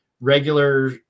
regular